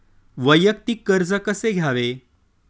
वैयक्तिक कर्ज कसे घ्यावे?